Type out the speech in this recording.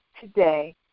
today